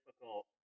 difficult